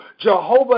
Jehovah